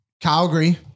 Calgary